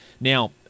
Now